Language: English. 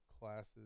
classes